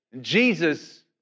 Jesus